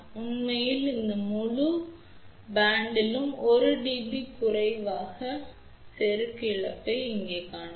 உண்மையில் இந்த முழு இசைக்குழுவிலும் 1 dB க்கும் குறைவான செருகும் இழப்புகளை இங்கே காணலாம்